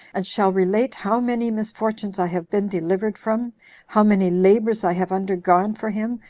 and shall relate how many misfortunes i have been delivered from how many labors i have undergone for him,